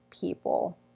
people